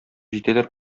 җитәләр